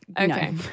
okay